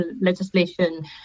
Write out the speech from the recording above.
legislation